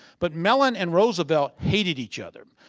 but mellon and roosevelt hated each other.